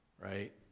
right